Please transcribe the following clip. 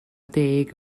deg